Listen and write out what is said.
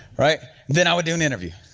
right, then i would do an interview.